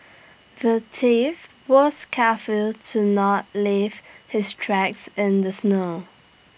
the thief was careful to not leave his tracks in the snow